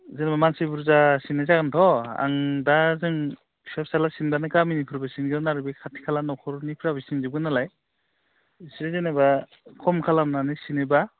जेनेबा मानसि बुरजा सिननाय जागोनथ' आं दा जों बिफा फिसाज्ला सिनोबानो गामिनिफोरबो सिनगोन आरो बे खाथि खाला न'खरनिफ्राबो सिनजोबगोन नालाय इसे जेनेबा खम खालामनानै सिनोबा